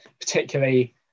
particularly